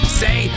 say